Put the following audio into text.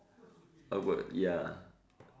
awkward ya